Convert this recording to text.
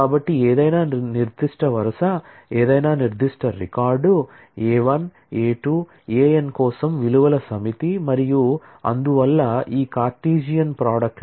కాబట్టి ఏదైనా నిర్దిష్ట వరుస ఏదైనా నిర్దిష్ట record A 1 A 2 A n కోసం విలువల సమితి మరియు అందువల్ల ఈ కార్టెసియన్ ప్రోడక్ట్